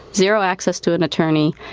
zero access to an attorney.